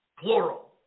Plural